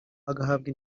agahabwa